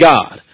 God